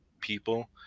people